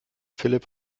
philipp